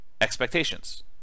expectations